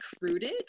recruited